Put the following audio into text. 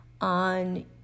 on